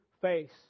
face